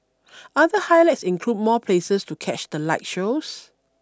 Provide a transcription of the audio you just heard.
other highlights include more places to catch the light shows